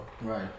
Right